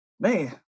Man